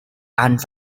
and